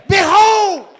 Behold